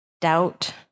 doubt